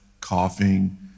coughing